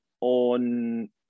on